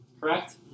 correct